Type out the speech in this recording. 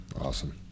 Awesome